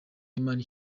imana